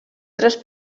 tres